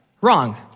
Wrong